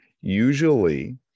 usually